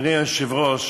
אדוני היושב-ראש,